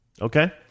Okay